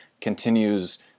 continues